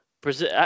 Brazil